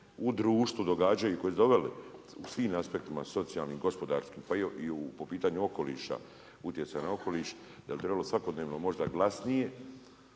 u društvu događaju i koji su doveli u svim aspektima u socijalnim, gospodarskim, pa i u pitanju okoliša utjecaj na okoliš, da bi trebali svakodnevno trebali možda glasnije,